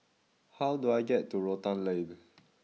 how do I get to Rotan Lane